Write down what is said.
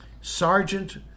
Sergeant